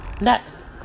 next